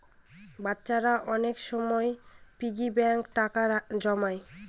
বাচ্চারা অনেক সময় পিগি ব্যাঙ্কে টাকা জমায়